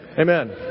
Amen